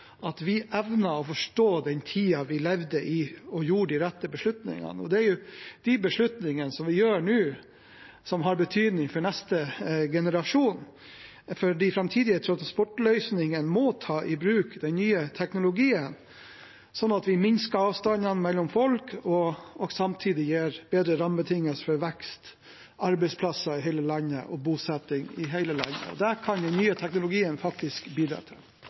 at vi evnet å forstå den tiden vi levde i, og gjorde de rette beslutningene. Og det er de beslutningene vi gjør nå, som har betydning for neste generasjon, for de framtidige transportløsningene må ta i bruk den nye teknologien, slik at vi minsker avstandene mellom folk og samtidig gir bedre rammebetingelser for vekst, arbeidsplasser og bosetting i hele landet. Og det kan den nye teknologien faktisk bidra til.